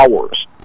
hours